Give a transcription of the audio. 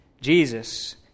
Jesus